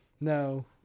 no